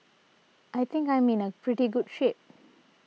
I think I'm in pretty good shape